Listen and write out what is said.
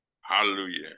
Hallelujah